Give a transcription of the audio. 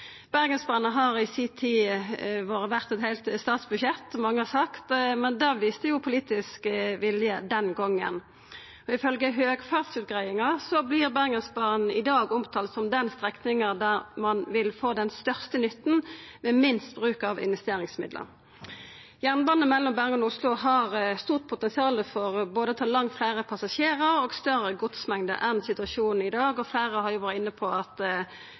Bergensbanen har i si tid vore verdt eit heilt statsbudsjett, som mange har sagt, men det viste jo politisk vilje – den gongen – og ifølgje høgfartsutgreiinga vert Bergensbanen i dag omtalt som den strekninga der ein vil få den største nytten ved minst bruk av investeringsmidlar. Jernbane mellom Bergen og Oslo har stort potensial for både å ta langt fleire passasjerar og større godsmengde enn situasjonen i dag. Fleire har òg har vore inne på at